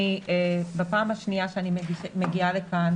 פעם שנייה שאני מגיעה לכאן,